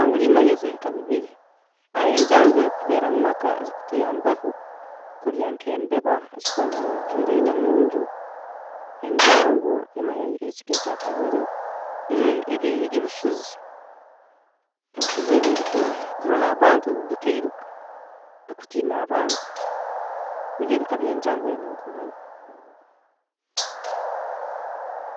﻿Enjaangu nimanya ezebika bibiri, haroho enjaangu eyeekubeera mumaka, ezikutuyambaho kurya nk'embeba ezikuba ziijuririine munju, enjaangu emanya ekika ekya kabiri nizo ebi- ebisuzi, ebisuzi ebi ebiku ebikurola abantu bikairuka, ebikutiina abantu, nibyo bika by'enjaagu ebinkumanya.